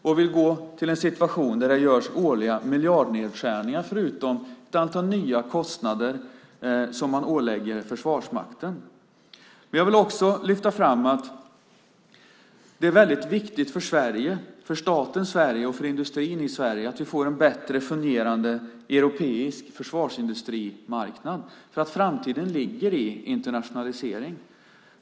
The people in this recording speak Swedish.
Man vill gå till en situation där det görs årliga miljardnedskärningar förutom att man ålägger Försvarsmakten ett antal nya kostnader. Jag vill också lyfta fram att det är väldigt viktigt för staten Sverige och för industrin i Sverige att vi får en bättre fungerande europeisk försvarsindustrimarknad. Framtiden ligger i internationalisering.